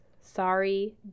Sorry